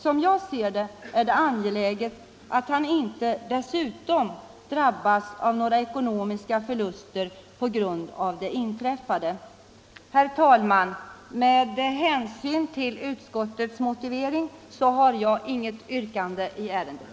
Som jag ser det är det angeläget att han inte dessutom drabbas av några ekonomiska förluster på grund av det inträffade. Herr talman! Med hänsyn till utskottets motivering har jag inget yrkande i ärendet.